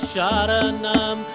Sharanam